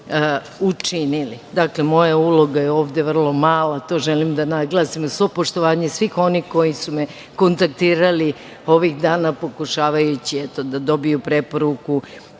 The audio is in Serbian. učinili. Dakle, moja uloga ovde je vrlo mala, to želim da naglasim, uz svo poštovanje svih onih koji su me kontaktirali ovih dana pokušavajući da dobiju preporuku